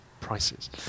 prices